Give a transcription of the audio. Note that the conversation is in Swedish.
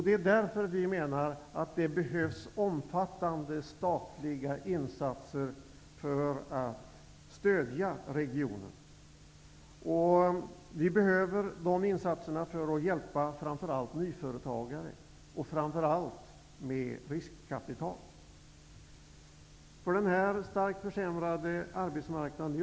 Det är därför som vi menar att det behövs omfattande statliga insatser för att stödja regionen. Vi behöver dessa insatser för att först och främst hjälpa nyföretagare med framför allt riskkapital.